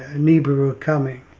ah nibiru coming,